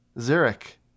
Zurich